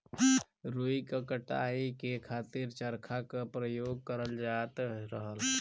रुई क कताई के खातिर चरखा क परयोग करल जात रहल